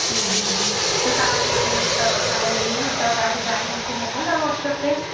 हूं हूं हूं त तव्हांजी इहे आयल आहिनि त तव्हां डिजाइन मूंखे मोकिलींदव वाट्सअप ते